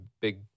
big